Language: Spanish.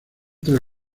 tres